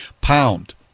pound